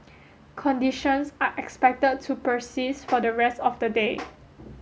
conditions are expected to persist for the rest of the day